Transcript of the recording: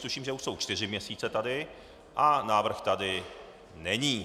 Tuším, že už jsou čtyři měsíce tady, a návrh tady není.